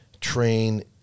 train